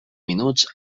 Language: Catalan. minuts